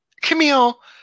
Camille